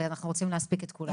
ואנחנו רוצים להספיק את כולם.